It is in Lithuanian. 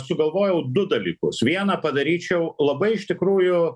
sugalvojau du dalykus vieną padaryčiau labai iš tikrųjų